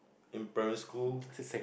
in primary school